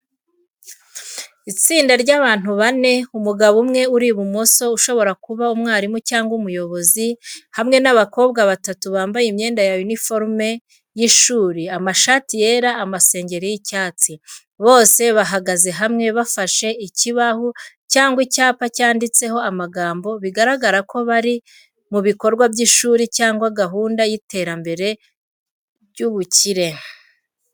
Itsinda ry’abantu bane: umugabo umwe uri ibumoso ushobora kuba umwarimu cyangwa umuyobozi hamwe n'abakobwa batatu bambaye imyenda ya uniforme y’ishuri, amashati yera n'amasengeri y’icyatsi. Bose bahagaze hamwe bafashe ikibaho cyangwa icyapa cyanditseho amagambo bigaragara ko bari mu bikorwa by’ishuri cyangwa gahunda y’iterambere ry’urubyiruko.